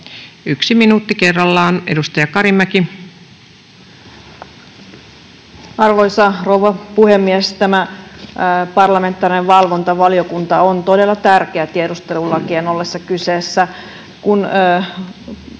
§:n muuttamisesta Time: 16:42 Content: Arvoisa rouva puhemies! Tämä parlamentaarinen valvontavaliokunta on todella tärkeä tiedustelulakien ollessa kyseessä.